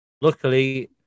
Luckily